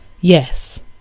Yes